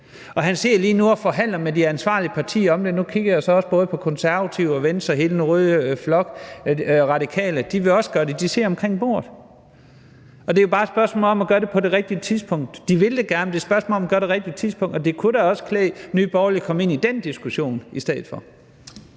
og forhandler med de ansvarlige partier om det. Nu kigger jeg så også både på Konservative og Venstre og hele den røde flok – og Radikale vil også gøre det her – for de sidder omkring bordet. Og det er jo bare et spørgsmål om at gøre det på det rigtige tidspunkt; de vil det gerne, men det er et spørgsmål om at gøre det på det rigtige tidspunkt. Og det kunne da også klæde Nye Borgerlige at komme ind i den diskussion i stedet for.